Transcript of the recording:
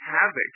havoc